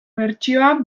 bertsioa